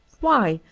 why,